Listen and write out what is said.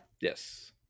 yes